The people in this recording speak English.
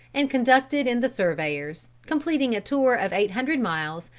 and conducted in the surveyors, completing a tour of eight hundred miles,